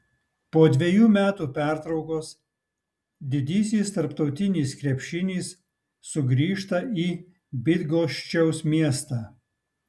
po dvejų metų pertraukos didysis tarptautinis krepšinis sugrįžta į bydgoščiaus miestą